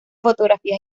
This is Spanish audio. fotografías